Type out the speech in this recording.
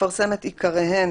תפרסם את עיקריהם